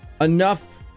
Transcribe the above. enough